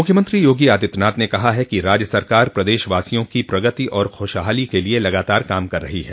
मुख्यमंत्री योगी आदित्यनाथ ने कहा है कि राज्य सरकार प्रदेशवासियों की प्रगति और खुशहाली के लिए लगातार काम कर रही है